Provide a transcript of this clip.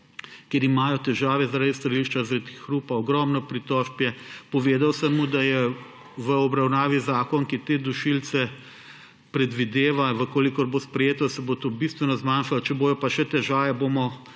kjer imajo težave zaradi zaradi hrupa strelišča, ogromno pritožb je. Povedal sem mu, da je v obravnavi zakon, ki te dušilce predvideva. Če bo sprejeto, se bo to bistveno zmanjšalo, če bodo pa še težave,